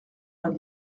vingt